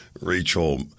Rachel